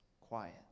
quiet